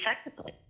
effectively